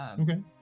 Okay